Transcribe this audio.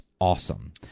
awesome